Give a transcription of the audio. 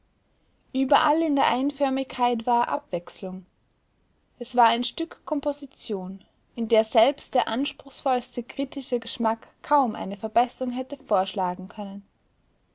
überall in der einförmigkeit war abwechslung es war ein stück komposition in der selbst der anspruchsvollste kritische geschmack kaum eine verbesserung hätte vorschlagen können